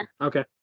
Okay